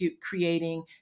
creating